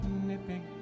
nipping